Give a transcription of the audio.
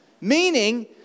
Meaning